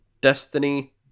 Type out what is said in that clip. Destiny